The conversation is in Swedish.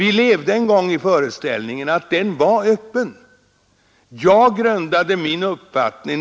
Vi levde en gång i föreställningen att vägen till en associering var öppen.